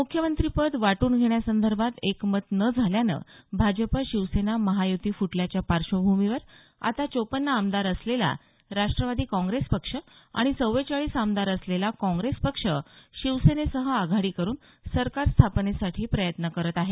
मुख्यमंत्रीपद वाटून घेण्यासंदर्भात एकमत न झाल्यानं भाजप शिवसेना महायुती फुटल्याच्या पार्श्वभूमीवर आता चोपन्न आमदार असलेला राष्ट्रवादी काँप्रेस पक्ष आणि चव्वेचाळीस आमदार असलेला काँग्रेस पक्ष शिवसेनेसह आघाडी करून सरकार स्थापनेसाठी प्रयत्न करत आहे